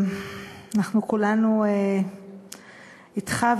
אנחנו כולנו אתך,